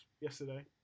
yesterday